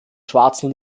schwarzen